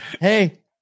Hey